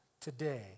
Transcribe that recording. today